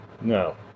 No